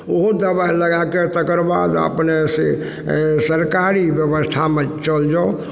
ओहो दबाइ लगाकऽ तकर बाद अपनेसँ सरकारी व्यवस्थामे चलि जाउ